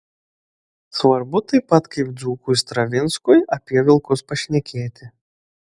svarbu taip pat kaip dzūkui stravinskui apie vilkus pašnekėti